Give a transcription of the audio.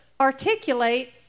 articulate